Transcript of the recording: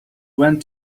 went